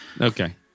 Okay